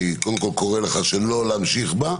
קודם כול, אני קורא לך שלא להמשיך בה,